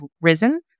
risen